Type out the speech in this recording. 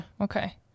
Okay